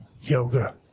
yoga